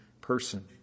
person